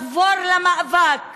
לחבור למאבק